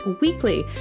weekly